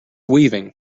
weaving